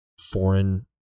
foreign